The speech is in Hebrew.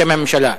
בשם הממשלה.